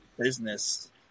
business